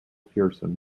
pearson